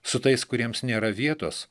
su tais kuriems nėra vietos